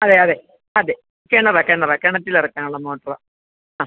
അതെ അതെ അതെ കിണറ് കിണറ് കിണറ്റിൽ ഇറക്കാനുള്ള മോട്ടറാ ആ